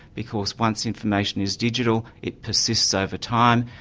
because once information is digital it persists over time,